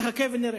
נחכה ונראה.